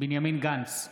בנימין גנץ,